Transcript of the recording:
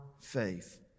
faith